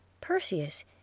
Perseus